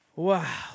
Wow